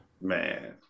man